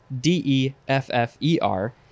d-e-f-f-e-r